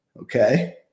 okay